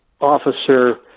officer